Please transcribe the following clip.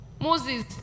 Moses